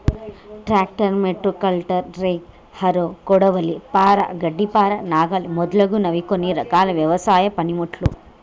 tractor, motocultor, rake, harrow, కొడవలి, పార, గడ్డపార, నాగలి మొదలగునవి కొన్ని రకాల వ్యవసాయ పనిముట్లు